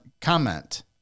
comment